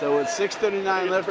so it's six thirty nine eleven